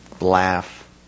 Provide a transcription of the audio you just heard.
laugh